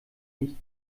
nicht